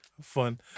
fun